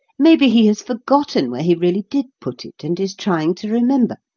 maybe he has forgotten where he really did put it, and is trying to remember.